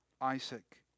Isaac